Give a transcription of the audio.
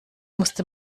musste